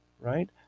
right